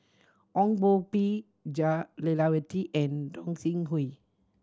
Ong Koh Bee Jah Lelawati and Gog Sing Hooi